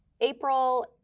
april